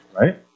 right